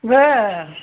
बरं